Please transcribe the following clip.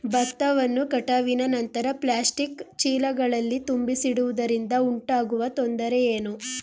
ಭತ್ತವನ್ನು ಕಟಾವಿನ ನಂತರ ಪ್ಲಾಸ್ಟಿಕ್ ಚೀಲಗಳಲ್ಲಿ ತುಂಬಿಸಿಡುವುದರಿಂದ ಉಂಟಾಗುವ ತೊಂದರೆ ಏನು?